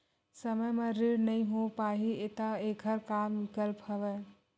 समय म ऋण नइ हो पाहि त एखर का विकल्प हवय?